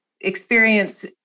experience